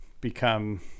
become